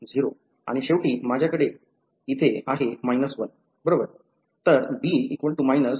0 बरोबर आणि शेवटी माझ्याकडे इथे आहे 1 बरोबर